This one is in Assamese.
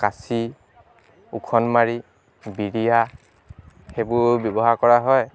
কাঁচি ওখোন মাৰি বিৰীয়া সেইবোৰও ব্যৱহাৰ কৰা হয়